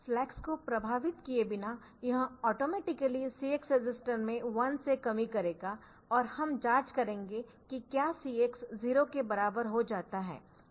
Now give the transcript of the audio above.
flags को प्रभावित किए बिना यह ऑटोमेटिकली CX रजिस्टर में 1 से कमी करेगा और हम जांच करेंगे कि क्या CX 0 के बराबर हो जाता है